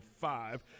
five